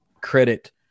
credit